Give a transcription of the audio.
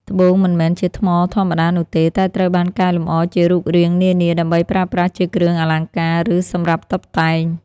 ត្បូងមិនមែនជាថ្មធម្មតានោះទេ តែត្រូវបានកែលម្អជារូបរាងនានា ដើម្បីប្រើប្រាស់ជាគ្រឿងអលង្ការ ឬសម្រាប់តុបតែង។